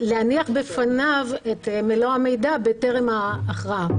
ולהניח בפניו את מלוא המידע בטרם ההכרעה.